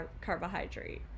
carbohydrate